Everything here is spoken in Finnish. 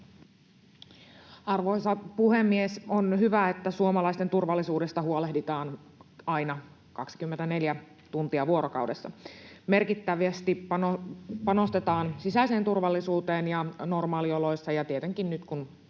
Arvoisa puhemies! On hyvä, että suomalaisten turvallisuudesta huolehditaan aina, 24 tuntia vuorokaudessa. Merkittävästi panostetaan sisäiseen turvallisuuteen normaalioloissa ja tietenkin nyt, kun